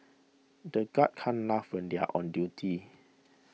the guards can't laugh they are on duty